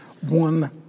one